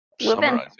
summarizing